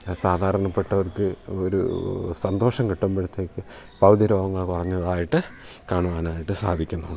സാധാരണപ്പെട്ടവർക്ക് ഒരു സന്തോഷം കിട്ടുമ്പോഴത്തേക്ക് പകുതി രോഗങ്ങൾ കുറഞ്ഞതായിട്ട് കാണുവാനായിട്ട് സാധിക്കുന്നുണ്ട്